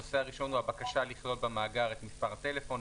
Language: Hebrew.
הנושא הראשון הוא הבקשה לכלול במאגר את מספר הטלפון,